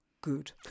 Good